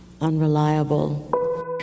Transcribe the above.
unreliable